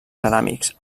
ceràmics